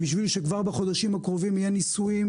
בשביל שכבר בחודשים הקרובים יהיו ניסויים